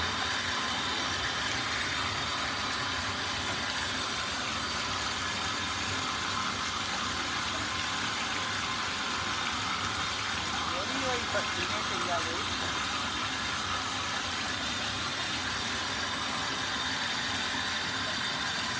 जेह्ड़ी होई कोई सस्ती नेहीं पेई जा